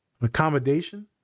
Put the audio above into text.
accommodation